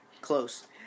close